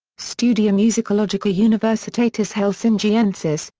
studia musicologica universitatis helsingiensis,